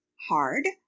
hard